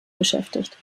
beschäftigt